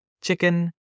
chicken